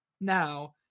now